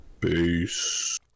peace